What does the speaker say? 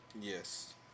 Yes